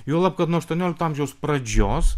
juolab kad nuo aštuoniolikto amžiaus pradžios